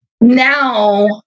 now